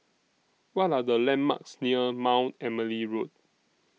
What Are The landmarks near Mount Emily Road